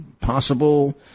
possible